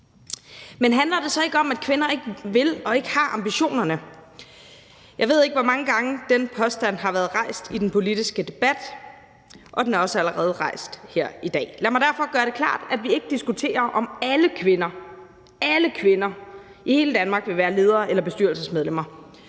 Men handler det så ikke om, at kvinder ikke vil og ikke har ambitionerne? Jeg ved ikke, hvor mange gange den påstand har været fremsat i den politiske debat, og den er også allerede fremsat her i dag. Lad mig derfor gør det klart, at vi ikke diskuterer, om alle kvinder i hele Danmark vil være ledere eller bestyrelsesmedlemmer,